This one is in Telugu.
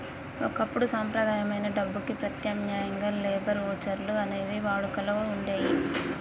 ఒకప్పుడు సంప్రదాయమైన డబ్బుకి ప్రత్యామ్నాయంగా లేబర్ వోచర్లు అనేవి వాడుకలో వుండేయ్యి